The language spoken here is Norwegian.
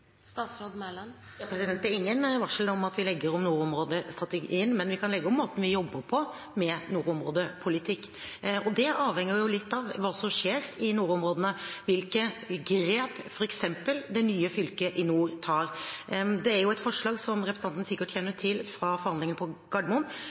Det er ingen varsel om at vi legger om nordområdestrategien, men vi kan legge om måten vi jobber med nordområdepolitikk på. Det avhenger litt av hva som skjer i nordområdene – hvilke grep f.eks. det nye fylket i nord tar. Det er et forslag, som representanten sikkert